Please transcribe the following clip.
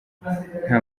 nta